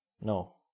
No